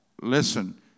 Listen